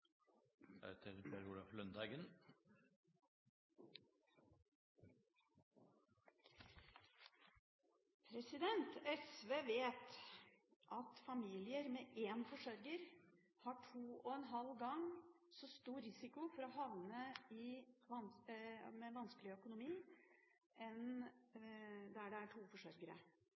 bare begrunnes skriftlig. SV vet at familier med én forsørger har to og en halv gang så stor risiko for å havne i vanskelig økonomi enn der det er to